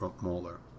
molar